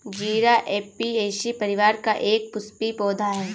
जीरा ऍपियेशी परिवार का एक पुष्पीय पौधा है